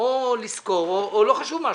או לשכור או לא חשוב מה,